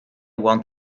want